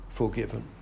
Forgiven